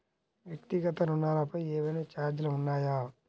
వ్యక్తిగత ఋణాలపై ఏవైనా ఛార్జీలు ఉన్నాయా?